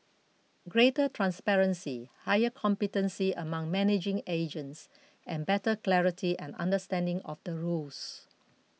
greater transparency higher competency among managing agents and better clarity and understanding of the rules